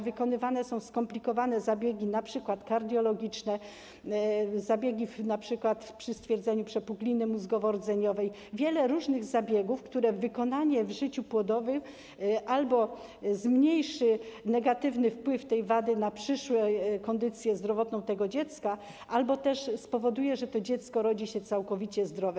Wykonywane są skomplikowane zabiegi np. kardiologiczne, np. zabiegi przy stwierdzeniu przepukliny mózgowo-rdzeniowej, wiele różnych zabiegów, których wykonanie w życiu płodowym albo zmniejszy negatywny wpływ tej wady na przyszłą kondycję zdrowotną dziecka, albo spowoduje, że to dziecko urodzi się całkowicie zdrowe.